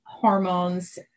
Hormones